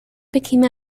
became